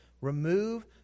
Remove